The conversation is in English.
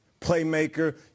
playmaker